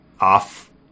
Off